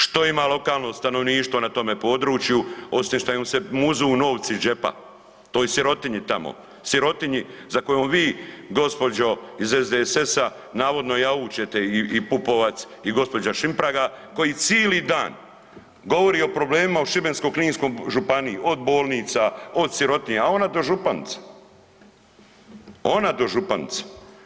Što ima lokalno stanovništvo na tome području osim što im se muzu novci iz džepa, toj sirotinji tamo, sirotinji za kojom vi gospođo iz SDSS-a navodno jaučete i Pupovac i gospođa Šimpraga koji cili dan govori o problemima u Đibenkso-kninskoj županiji, od bolnica, od sirotinje, a ona dožupanica, ona dožupanica.